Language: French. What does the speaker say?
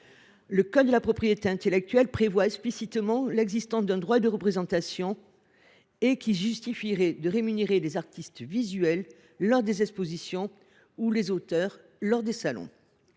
Le code de la propriété intellectuelle prévoit explicitement l’existence d’un droit de représentation, qui justifierait de rémunérer les artistes visuels lors des expositions ou les auteurs lors des salons.